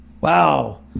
wow